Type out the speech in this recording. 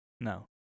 No